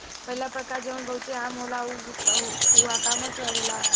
पहिला प्रकार जवन बहुते आम होला उ हुआकाया से आवेला